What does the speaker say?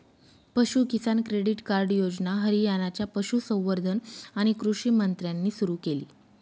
पशु किसान credit card योजना हरियाणाच्या पशुसंवर्धन आणि कृषी मंत्र्यांनी सुरू केली